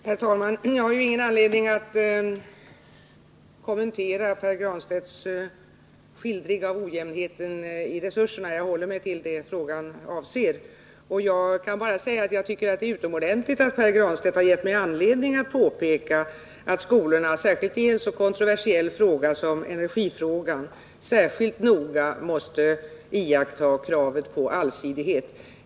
Herr talman! Jag har ingen anledning att kommentera Pär Granstedts skildring av ojämnheten i resurserna, jag håller mig till det frågan avser. Jag kan bara säga att jag tycker det är utomordentligt att Pär Granstedt har gett mig anledning att påpeka att skolorna, i synnerhet i en så kontroversiell fråga som energifrågan, särskilt noga måste iaktta kravet på allsidighet.